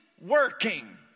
working